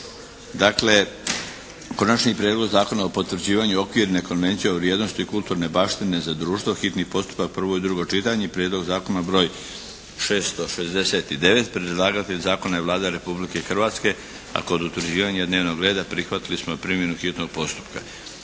Dakle, Konačni prijedlog Zakona o potvrđivanju Okvirne konvencije o vrijednosti kulturne baštine za društvo, hitni postupak, prvo i drugo čitanje, prijedlog zakona broj 669. Predlagatelj zakona je Vlada Republike Hrvatske, a kod utvrđivanja dnevnog reda prihvatili smo primjenu hitnog postupka.